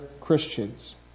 Christians